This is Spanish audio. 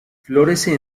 florece